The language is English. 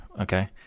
Okay